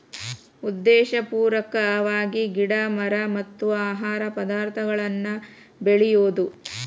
ಉದ್ದೇಶಪೂರ್ವಕವಾಗಿ ಗಿಡಾ ಮರಾ ಮತ್ತ ಆಹಾರ ಪದಾರ್ಥಗಳನ್ನ ಬೆಳಿಯುದು